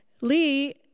Lee